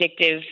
addictive